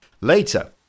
Later